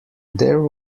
there